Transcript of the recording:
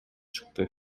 чыкты